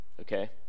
okay